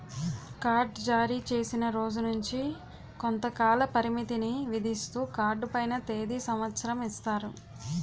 card జారీచేసిన రోజు నుంచి కొంతకాల పరిమితిని విధిస్తూ కార్డు పైన తేది సంవత్సరం ఇస్తారు